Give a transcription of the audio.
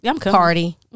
party